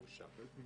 סעיף 13 אושר.